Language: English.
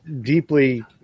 deeply